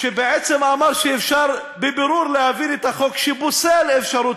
אפשר שאלה?